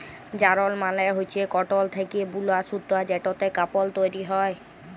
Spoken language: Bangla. যারল মালে হচ্যে কটল থ্যাকে বুলা সুতা যেটতে কাপল তৈরি হ্যয়